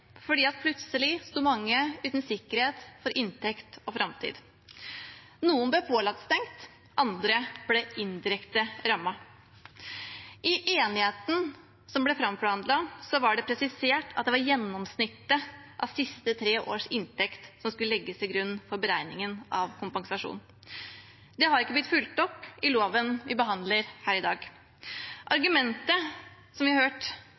plutselig sto mange uten sikkerhet for inntekt og framtid. Noen ble pålagt å stenge, andre ble indirekte rammet. I enigheten som ble framforhandlet, var det presisert at det var gjennomsnittet av siste tre års inntekt som skulle legges til grunn for beregningen av kompensasjon. Det har ikke blitt fulgt opp i loven vi behandler her i dag. Argumentet, som vi har hørt